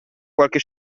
qualche